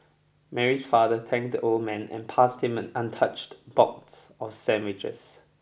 Mary's father thanked the old man and passed him an untouched box of sandwiches